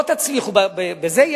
לא תצליחו בזה,